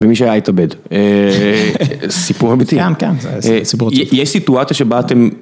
ומי שהיה התאבד. אה... סיפור אמיתי, -סתם, כן, זה סיפו-... י-יש סיטואציה שבה אתם...